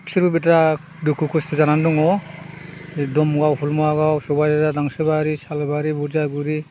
बिसोरबो बिराद दुखु खस्थ' जानानै दङ एखदम सबायझार दांसोबारि सालबारि बुदियागुरि